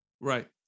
Right